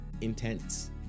intense